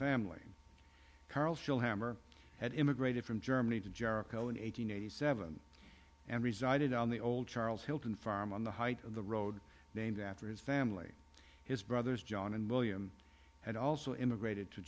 family carol still hammer had immigrated from germany to jericho in eight hundred eighty seven and resided on the old charles hilton farm on the height of the road named after his family his brothers john and william had also immigrated to